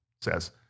says